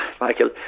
Michael